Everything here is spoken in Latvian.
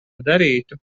darītu